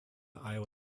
iowa